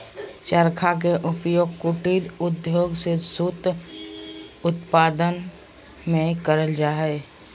चरखा के उपयोग कुटीर उद्योग में सूत उत्पादन में करल जा हई